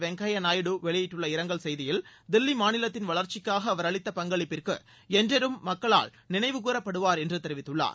வெங்கய்யா நாயுடு வெளியிட்டுள்ள இரங்கல் செய்தியில் தில்லி மாநிலத்தின் வளர்ச்சிக்காக அவர் அளித்த பங்களிப்பிற்கு என்றென்றும் மக்களால் நினைவு கூறப்படுவார் என்று தெரிவித்துள்ளார்